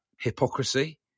hypocrisy